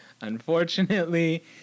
Unfortunately